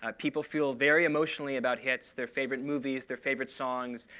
ah people feel very emotionally about hits, their favorite movies, their favorite songs.